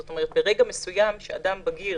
זאת אומרת, ברגע מסוים שאדם בגיר